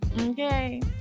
okay